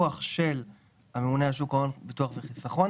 היציבותית בין נטילת משכנתא למגורים ובאמת השקעה ארוכה,